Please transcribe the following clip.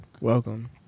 Welcome